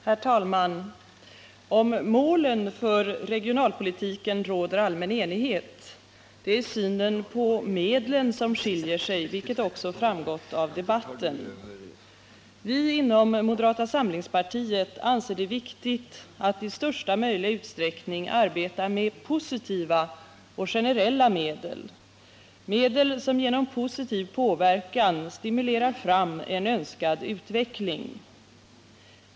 Herr talman! Om målen för regionalpolitiken råder allmän enighet. Det är synen på medlen som skiijer sig, vilket också framgått av debatten. Vi inom moderata samlingspartiet anser det viktigt att i största möjliga utsträckning arbeta med positiva och generella medel, medel som genom positiv påverkan stimulerar fram en önskad utveckling.